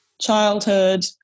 childhood